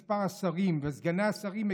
מספר השרים וסגני השרים,